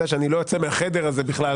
יודע שאני לא יוצא מהחדר הזה בכלל